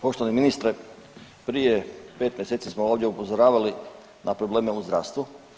Poštovani ministre, prije 5 mjeseci smo ovdje upozoravali na probleme u zdravstvu.